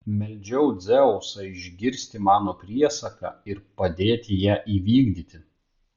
meldžiau dzeusą išgirsti mano priesaką ir padėti ją įvykdyti